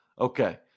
Okay